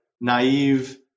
naive